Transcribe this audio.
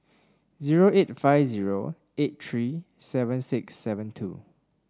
zero eight five zero eight three seven six seven two